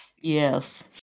Yes